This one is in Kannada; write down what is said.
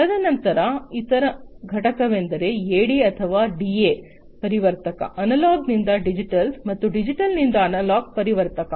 ತದನಂತರ ಇತರ ಘಟಕವೆಂದರೆ ಎಡಿ ಅಥವಾ ಡಿಎ ಪರಿವರ್ತಕ ಅನಲಾಗ್ ನಿಂದ ಡಿಜಿಟಲ್ ಮತ್ತು ಡಿಜಿಟಲ್ ನಿಂದ ಅನಲಾಗ್ ಪರಿವರ್ತಕ